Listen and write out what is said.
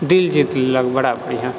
दिल जीत लेलक बड़ा बढ़िआँ